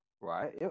right